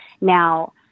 Now